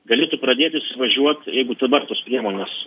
galėtų pradėt įsivažiuot jeigu dabar tos priemonės